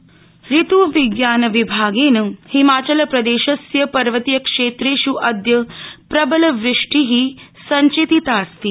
हिमाचल ऋत्विज्ञानविभागेन हिमाचलप्रदेशस्य पर्वतीय क्षेत्रेष् अदय प्रबलवृष्टि सञ्चेतितास्ति